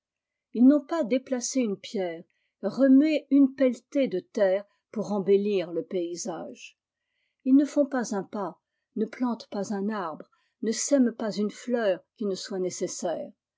ils n'ont pas déplacé une pierre remué une pelletée de terre pour embellir le paysage ils ne font pas un pas ne plantent pas un arbre ne sèment pas une fleur qui ne soient nécessaires